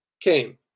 came